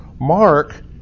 Mark